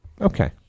Okay